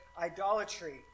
idolatry